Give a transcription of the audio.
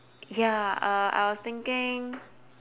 ya uh I was thinking